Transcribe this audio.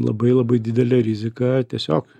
labai labai didelė rizika tiesiog